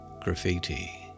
graffiti